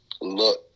look